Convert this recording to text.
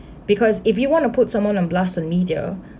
because if you want to put someone on blast on media